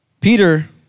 Peter